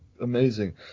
amazing